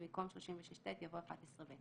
ובמקום "36ט" יבוא "11ב";